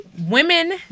women